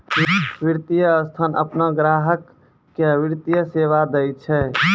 वित्तीय संस्थान आपनो ग्राहक के वित्तीय सेवा दैय छै